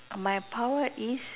my power is